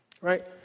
Right